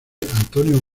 antonio